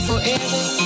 Forever